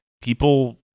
people